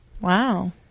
Wow